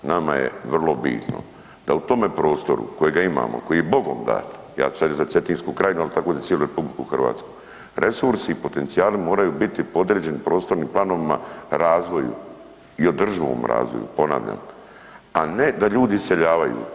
Nama je vrlo bitno da u tome prostoru kojega imamo, koji je bogom dan, ja ću sad reć za Cetinsku krajinu, ali tako i za cijelu RH, resursi i potencijali moraju biti podređeni prostornim planovima, razvoju i održivom razvoju, ponavljam, a ne da ljudi iseljavaju.